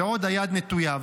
ועוד היד נטויה.